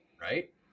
right